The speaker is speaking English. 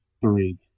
three